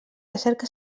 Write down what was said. recerca